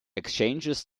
exchanges